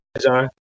John